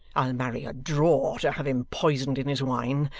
i'll marry a drawer to have him poisoned in his wine.